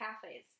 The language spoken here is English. cafes